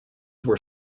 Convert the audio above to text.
were